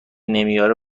نمیاره